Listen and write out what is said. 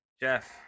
Jeff